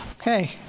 Okay